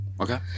okay